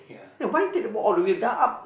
ya why take the ball all the way the up